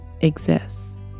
exists